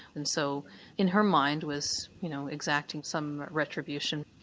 and so in her mind was you know exacting some retribution.